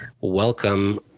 welcome